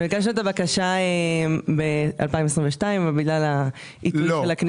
אנחנו הגשנו את הבקשה ב-2022 ובגלל העיכוב של הכנסת --- לא,